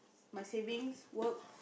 my savings work